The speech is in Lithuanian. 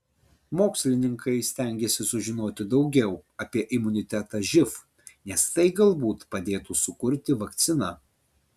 mokslininkai stengiasi sužinoti daugiau apie imunitetą živ nes tai galbūt padėtų sukurti vakciną